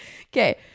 okay